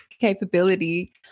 capability